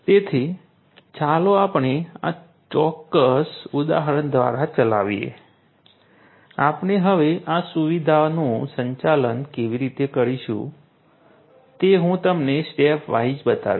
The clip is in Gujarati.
તેથી ચાલો આપણે આ ચોક્કસ ઉદાહરણ દ્વારા ચલાવીએ આપણે હવે આ સુવિધાનું સંચાલન કેવી રીતે કરીશું તે હું તમને સ્ટેપ વાઈઝ બતાવીશ